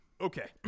Okay